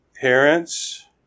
Parents